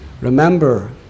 remember